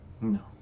No